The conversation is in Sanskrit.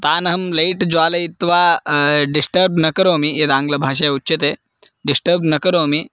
तानहं लैट् ज्वालयित्वा डिस्टर्ब् न करोमि यद् आङ्ग्लभाषायाम् उच्यते डिस्टर्ब् न करोमि